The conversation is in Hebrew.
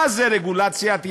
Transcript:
מה זה רגולציית יתר?